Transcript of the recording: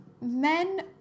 men